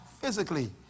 physically